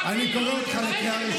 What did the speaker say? הוא חבר ועדת האתיקה.